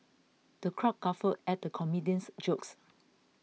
the crowd guffawed at the comedian's jokes